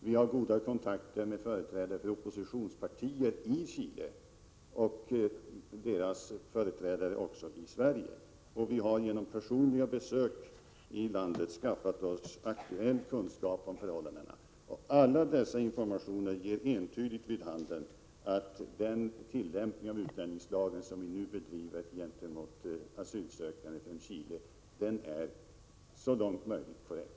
Vi har också goda kontakter med företrädare för oppostionspartier i Chile och deras representanter i Sverige. Genom personliga besök i landet har vi vidare skaffat oss aktuell kunskap om förhållandena. Alla dessa informationer ger entydigt vid handen att nuvarande tillämpning av utlänningslagen gentemot asylsökande från Chile är så långt möjligt korrekt.